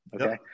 Okay